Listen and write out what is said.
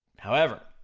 however,